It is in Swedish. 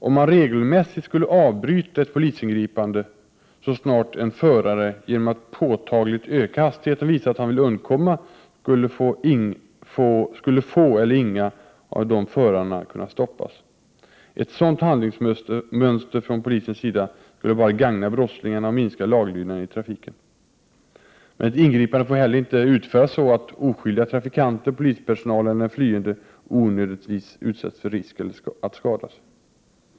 Om man regelmässigt skulle avbryta ett polisingripande så snart en förare genom att påtagligt öka hastigheten visar att han vill undkomma, skulle få eller inga av dessa förare kunna stoppas. Ett sådant handlingsmönster från polisens sida skulle bara gagna brottslingarna och minska laglydnaden i trafiken. Men ett ingripande får inte heller utföras så att oskyldiga trafikanter, polispersonalen eller den flyende onödigtvis utsätts för risk att skadas.